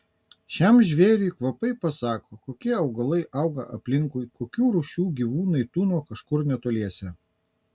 šiam žvėriui kvapai pasako kokie augalai auga aplinkui kokių rūšių gyvūnai tūno kažkur netoliese